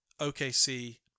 OKC